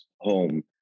home